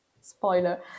Spoiler